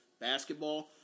basketball